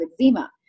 eczema